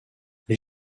les